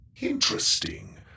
Interesting